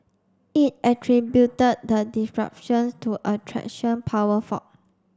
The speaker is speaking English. it attributed the disruptions to a traction power fault